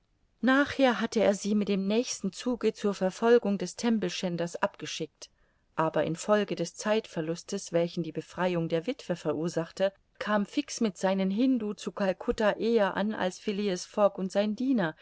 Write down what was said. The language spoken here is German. nachher hatte er sie mit dem nächsten zuge zur verfolgung des tempelschänders abgeschickt aber in folge des zeitverlustes welchen die befreiung der witwe verursachte kam fix mit seinen hindu zu calcutta eher an als phileas fogg und sein diener